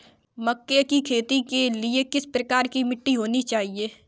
मक्के की खेती के लिए किस प्रकार की मिट्टी होनी चाहिए?